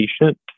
patient